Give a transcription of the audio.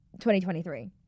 2023